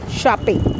shopping